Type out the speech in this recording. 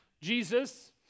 Jesus